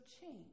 change